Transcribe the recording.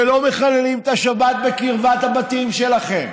ולא מחללים את השבת בקרבת הבתים שלכם,